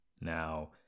Now